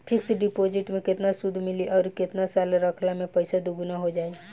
Fix deposit मे केतना सूद मिली आउर केतना साल रखला मे पैसा दोगुना हो जायी?